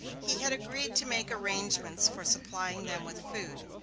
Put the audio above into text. he had agreed to make arrangements for supplying them with food,